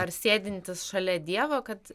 ar sėdintis šalia dievo kad